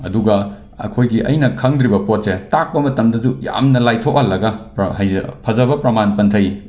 ꯑꯗꯨꯒ ꯑꯩꯈꯣꯏꯒꯤ ꯑꯩꯅ ꯈꯪꯗ꯭ꯔꯤꯕ ꯄꯣꯠꯁꯦ ꯇꯥꯛꯄ ꯃꯇꯝꯗꯁꯨ ꯌꯥꯝꯅ ꯂꯥꯏꯊꯣꯛꯍꯜꯂꯒ ꯄ꯭ꯔ ꯍꯥꯏꯁꯦ ꯐꯖꯕ ꯄ꯭ꯔꯃꯥꯟ ꯄꯥꯟꯊꯩ